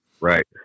right